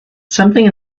something